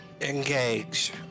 Engage